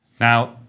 Now